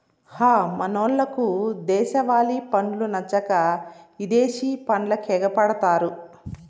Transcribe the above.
హ మనోళ్లకు దేశవాలి పండ్లు నచ్చక ఇదేశి పండ్లకెగపడతారు